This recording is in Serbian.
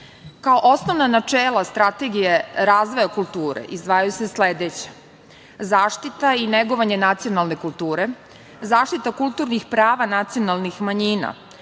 osnovna načela Strategije razvoja kulture izdvajaju se sledeća: zaštita i negovanje nacionalne kulture, zaštita kulturnih prava nacionalnih manjina,